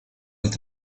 est